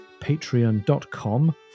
patreon.com